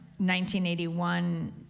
1981